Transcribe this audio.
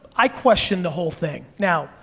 i question the whole thing. now,